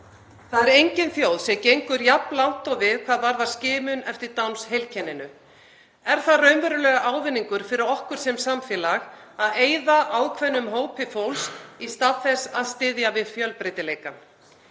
Það er engin þjóð sem gengur jafn langt og við hvað varðar skimun eftir Downs-heilkenninu. Er það raunverulegur ávinningur fyrir okkur sem samfélag að eyða ákveðnum hópi fólks í stað þess að styðja við fjölbreytileikann?